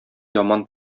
яман